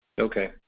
Okay